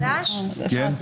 חבר הכנסת